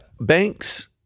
Banks